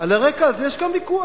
על הרקע הזה יש כאן ויכוח.